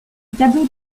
tableau